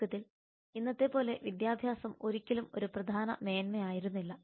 ചുരുക്കത്തിൽ ഇന്നത്തെപ്പോലെ വിദ്യാഭ്യാസം ഒരിക്കലും ഒരു പ്രധാന മേന്മയായിരുന്നില്ല